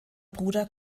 bruder